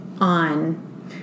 on